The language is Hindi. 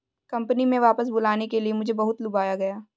कंपनी में वापस बुलाने के लिए मुझे बहुत लुभाया गया